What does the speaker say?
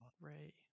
Ray